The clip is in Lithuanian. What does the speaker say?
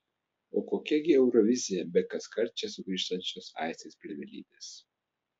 o kokia gi eurovizija be kaskart čia sugrįžtančios aistės pilvelytės